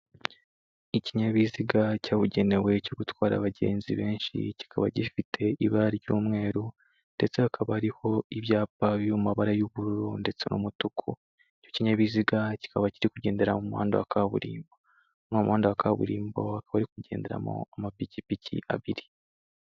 Ikinyabiziga cyabugenewe cyo gutwara abagenzi benshi, kikaba gifite ibara ry'umweru ndetse hakaba hariho ibyapa biri mu mabara y'ubururu ndetse n'umutuku. Icyo kinyabiziga kikaba kiri kugendera mu muhanda wa kaburimbo, muri uwo muhanda wa kaburimbo hakaba hari kugenderamo amapikipiki abiri.